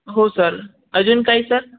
हो सर अजून काही सर